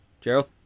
Gerald